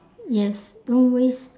yes don't waste